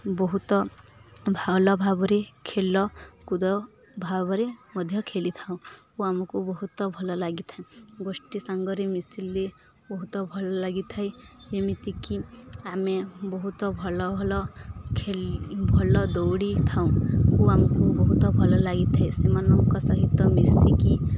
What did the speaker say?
ବହୁତ ଭଲ ଭାବରେ ଖେଳକୁଦ ଭାବରେ ମଧ୍ୟ ଖେଳିଥାଉ ଓ ଆମକୁ ବହୁତ ଭଲ ଲାଗିଥାଏ ଗୋଷ୍ଠୀ ସାଙ୍ଗରେ ମିଶିଲେ ବହୁତ ଭଲ ଲାଗିଥାଏ ଯେମିତିକି ଆମେ ବହୁତ ଭଲ ଭଲ ଭଲ ଦୌଡ଼ି ଥାଉ ଓ ଆମକୁ ବହୁତ ଭଲ ଲାଗିଥାଏ ସେମାନଙ୍କ ସହିତ ମିଶିକି